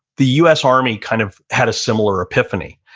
the us army kind of had a similar epiphany.